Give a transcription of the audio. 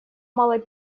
малой